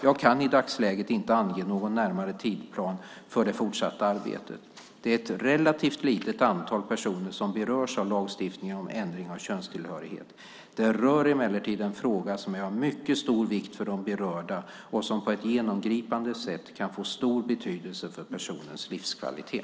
Jag kan i dagsläget inte ange någon närmare tidsplan för det fortsatta arbetet. Det är ett relativt litet antal personer som berörs av lagstiftningen om ändring av könstillhörighet. Den rör emellertid en fråga som är av mycket stor vikt för de berörda och som på ett genomgripande sätt kan få stor betydelse för personens livskvalitet.